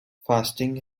fasting